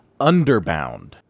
Underbound